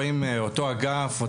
רואים אותו אגף,